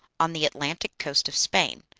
on the atlantic coast of spain.